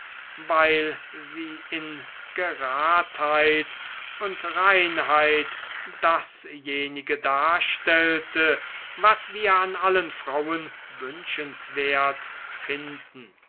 weil sie in geradheit und reinheit dasjenige darstellte was wir an allen frauen wünschenswert finden